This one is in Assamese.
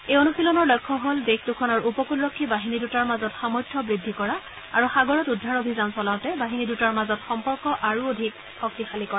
এই অনুশীলনৰ লক্ষ্য হল দেশ দুখনৰ উপকূলৰক্ষী বাহিনী দুটাৰ মাজত সামৰ্থ্য বৃদ্ধি কৰা আৰু সাগৰত উদ্ধাৰ অভিযান চলাওতে বাহিনী দুটাৰ মাজত সম্পৰ্ক আৰু অধিক শক্তিশালী কৰা